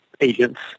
agents